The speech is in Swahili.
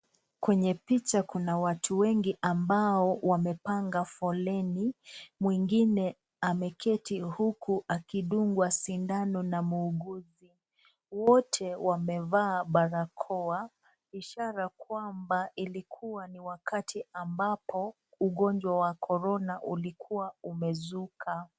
Kwenye picha kuna watu wengi ambao wamepanga foleni, mwingine ameketi huku akidungwa sindano na muuguzi. Wote wamevaa barakoa ishara kwamba ilikuwa ni wakati ambapo ugonjwa wa korona ulikuwa umezuka.